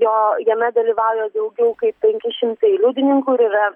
jo jame dalyvauja daugiau kaip penki šimtai liudininkų ir yra